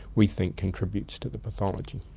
we think, contributes to the pathology.